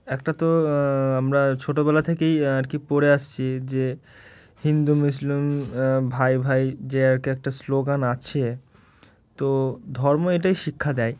একটা তো আমরা ছোটোবেলা থেকেই আর কি পড়ে আসছি যে হিন্দু মুসলিম ভাই ভাই যে আর কি একটা স্লোগান আছে তো ধর্ম এটাই শিক্ষা দেয়